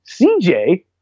CJ